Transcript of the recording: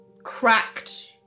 cracked